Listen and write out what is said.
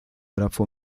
grafo